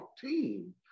team